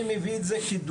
אני מביא את זה כדוגמא,